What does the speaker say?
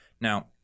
Now